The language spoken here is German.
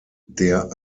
der